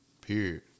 Period